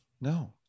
No